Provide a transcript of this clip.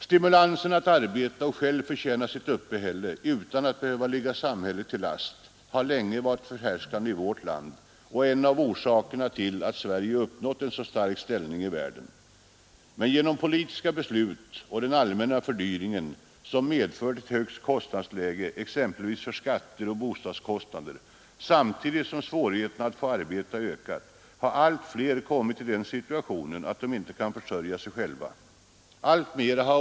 Stimulansen att arbeta och själv förtjäna sitt uppehälle utan att behöva ligga samhället till last har länge varit förhärskande i vårt land och är en av orsakerna till att Sverige har uppnått en så stark ställning i världen. Men på grund av politiska beslut och den allmänna fördyringen som medfört ett högt kostnadsläge exempelvis för skatter och hyror och på grund av att svårigheterna att få arbete har ökat har allt fler kommit i den situationen att de inte kan försörja sig själva.